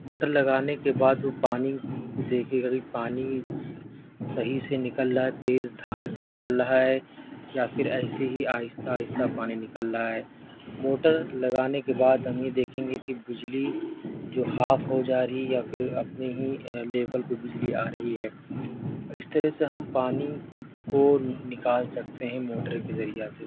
motor لگانے کے بعد وہ پانی دیکھے گا کہ پانی صحیح سے نکل رہا ہے تیز دھار سے نکل رہا ہے یا پھر ایسے ہی آہستہ آہستہ پانی نکل رہا ہے موٹر لگانے کے بعد ہم یہ دیکھیں گے کہ بجلی جو ہاف ہو جا رہی یا پھر اپنی ہی لیبل پہ بجلی آ رہی ہے اس طرح سے ہم پانی کو نکال سکتے ہیں موٹر کے ذریعہ سے